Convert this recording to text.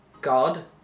God